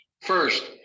First